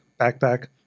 backpack